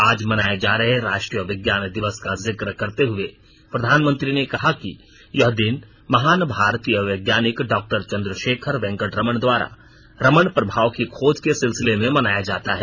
आज मनाये जा रहे राष्ट्रीय विज्ञान दिवस का जिक्र करते हुए प्रधानमंत्री ने कहा कि यह दिन महान भारतीय वैज्ञानिक डॉक्टर चन्द्रशेखर वेंकट रामन द्वारा रामन प्रभाव की खोज के सिलसिले में मनाया जाता है